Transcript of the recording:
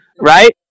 Right